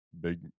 big